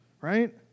right